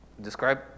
Describe